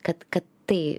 kad kad tai